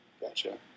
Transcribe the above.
Gotcha